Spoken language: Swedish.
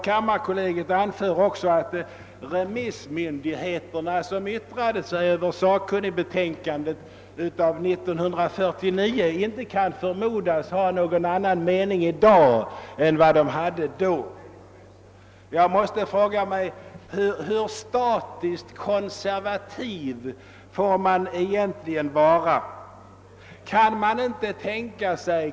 Kammarkollegiet anför också att de remissmyndigheter som yttrat sig över sakkunnigbetänkandet av 1949 inte kan förmodas ha någon annan mening i dag än de hade då. Jag måste fråga, hur statiskt konservativ man egentligen får vara?